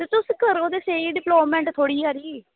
ते तुस करो ते स्हेई डेवेल्पमेंट थोह्ड़ी हारी